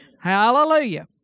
Hallelujah